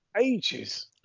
ages